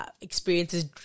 Experiences